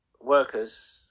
workers